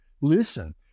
Listen